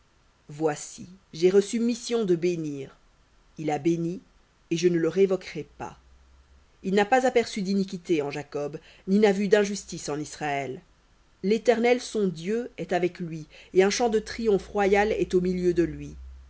voici j'ai reçu de bénir il a béni et je ne le révoquerai pas il n'a pas aperçu d'iniquité en jacob ni n'a vu d'injustice en israël l'éternel son dieu est avec lui et un chant de triomphe royal est au milieu de lui